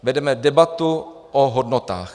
Vedeme debatu o hodnotách.